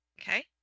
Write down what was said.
Okay